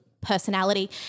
personality